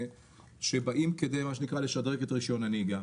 שבאים כדי לשדרג את רישיון הנהיגה.